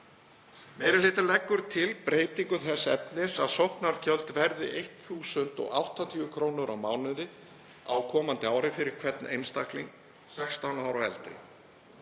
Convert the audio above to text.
Meiri hlutinn leggur til breytingu þess efnis að sóknargjöld verði 1.080 kr. á mánuði á komandi ári fyrir hvern einstakling 16 ára og eldri.